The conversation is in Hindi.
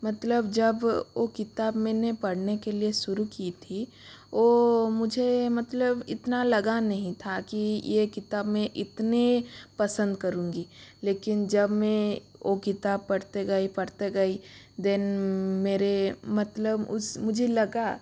मतलब जब ओ किताब मैंने पढ़ने के लिए शुरू की थी ओ मुझे मतलब इतना लगा नहीं था कि ये किताब में इतने पसंद करूँगी लेकिन जब मैं ओ किताब पढ़ती गई पढ़ती गई देन मेरे मतलब उस मुझे लगा